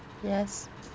yes